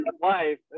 wife